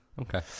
Okay